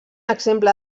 exemple